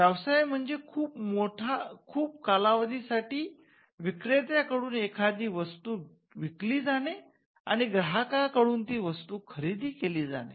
व्यवसाय म्हणजे खूप कालावधी साठी विक्रेत्या कडून एखादी वस्तू विकली जाणे आणि ग्राहक कडून ती वस्तू खरेदी केली जाणे